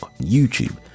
YouTube